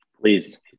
Please